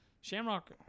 Shamrock